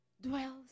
dwells